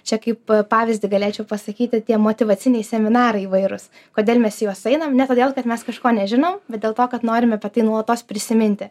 čia kaip pavyzdį galėčiau pasakyti tie motyvaciniai seminarai įvairūs kodėl mes į juos einam ne todėl kad mes kažko nežinom bet dėl to kad norim apie tai nuolatos prisiminti